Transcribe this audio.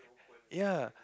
ya